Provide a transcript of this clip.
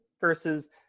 versus –